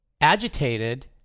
agitated